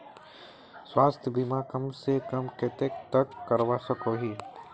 स्वास्थ्य बीमा कम से कम कतेक तक करवा सकोहो ही?